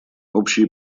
общие